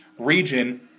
Region